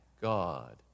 God